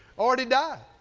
already died.